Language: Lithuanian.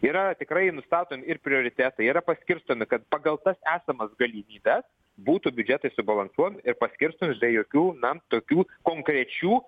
yra tikrai nustatomi ir prioritetai yra paskirstomi kad pagal esamas galimybes būtų biudžetai subalansuojami ir paskirstomi be jokių na tokių konkrečių